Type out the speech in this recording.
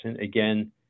again